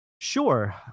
Sure